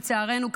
לצערנו,